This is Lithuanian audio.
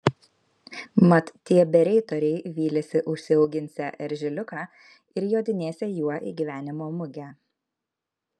mat tie bereitoriai vylėsi užsiauginsią eržiliuką ir jodinėsią juo į gyvenimo mugę